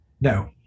No